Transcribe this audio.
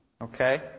Okay